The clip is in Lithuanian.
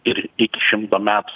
ir iki šimto metų